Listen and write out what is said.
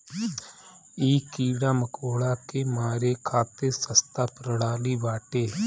इ कीड़ा मकोड़ा के मारे खातिर सस्ता प्रणाली बाटे